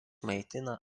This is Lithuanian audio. maitina